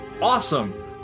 awesome